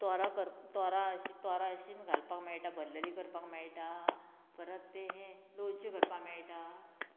तोरा करा अशी तो अशीं घालपाक मेळटा बल्लरी करपाक मेळटा परत तें हें दोळचें करपाक मेळटा